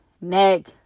neck